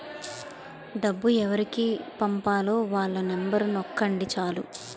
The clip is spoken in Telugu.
డబ్బు ఎవరికి పంపాలో వాళ్ళ నెంబరు నొక్కండి చాలు